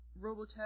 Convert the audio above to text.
Robotech